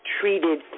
treated